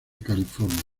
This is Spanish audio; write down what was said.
california